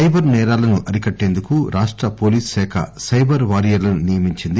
cyber నేరాలను అరికట్లేందకు రాష్ట పోలీసు శాఖ సైబర్ వారియర్లను నియమించింది